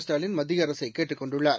ஸ்டாலின் மத்திய அரசை கேட்டுக்கொண்டுள்ளார்